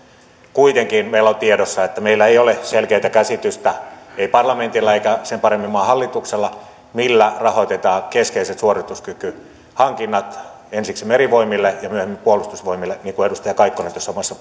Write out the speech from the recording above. kuitenkin meillä on tiedossa että meillä ei ole selkeätä käsitystä ei parlamentilla eikä sen paremmin maan hallituksella millä rahoitetaan keskeiset suorituskykyhankinnat ensiksi merivoimille ja myöhemmin puolustusvoimille niin kuin edustaja kaikkonen omassa